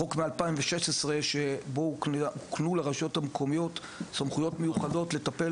חוק מ-2016 שבו הוקנו לרשויות המקומיות סמכויות מיוחדות לטפל